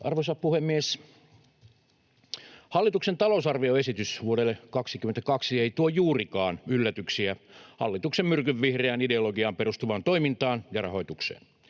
Arvoisa puhemies! Hallituksen talousarvioesitys vuodelle 22 ei tuo juurikaan yllätyksiä hallituksen myrkynvihreään ideologiaan perustuvaan toimintaan ja rahoitukseen.